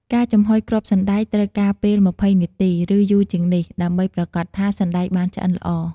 ការចំហុយគ្រាប់សណ្ដែកត្រូវការពេល២០នាទី ឬយូរជាងនេះ ដើម្បីប្រាកដថា សណ្ដែកបានឆ្អិនល្អ។